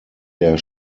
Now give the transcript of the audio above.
der